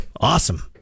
Awesome